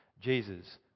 Jesus